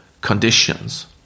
conditions